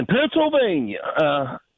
Pennsylvania